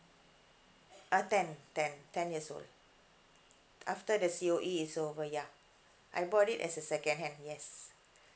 uh ten ten ten years old after the C_O_E is over ya I bought it as a second hand yes